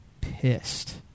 pissed